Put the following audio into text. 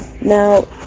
Now